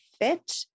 fit